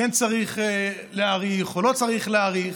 כן צריך להאריך או לא צריך להאריך,